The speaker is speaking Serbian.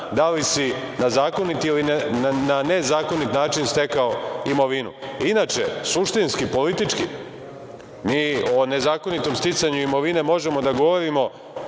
da li si na zakonit ili ne nezakonit način stekao imovinu. Inače, suštinski, politički, mi o nezakonitom sticanju imovine možemo da govorimo